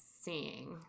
seeing